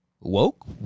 woke